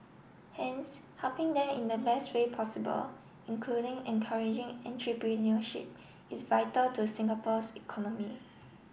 hence helping them in the best way possible including encouraging entrepreneurship is vital to Singapore's economy